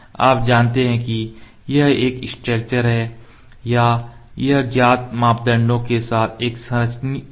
आप जानते हैं कि यह एक स्ट्रक्चर है या यह ज्ञात मापदंडों के साथ एक संरचित ज्यामिति है